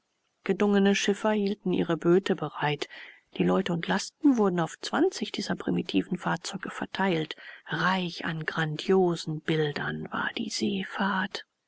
gedungene schiffer hielten ihre böte bereit die leute und lasten wurden auf zwanzig dieser primitiven fahrzeuge verteilt reich an grandiosen bildern war die seefahrt